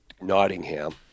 Nottingham